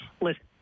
Listen